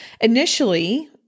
initially